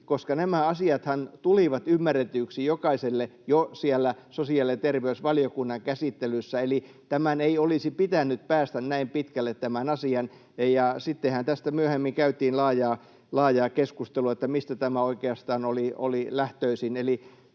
koska nämä asiathan tulivat ymmärretyiksi jokaiselle jo siellä sosiaali- ja terveysvaliokunnan käsittelyssä. Eli tämän asian ei olisi pitänyt päästä näin pitkälle. Sittenhän tästä myöhemmin käytiin laajaa keskustelua, että mistä tämä oikeastaan oli lähtöisin.